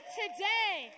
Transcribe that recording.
today